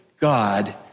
God